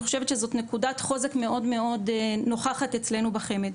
חושבת שזאת נקודת חוזק מאוד מאוד נוכחת אצלנו בחמ"ד.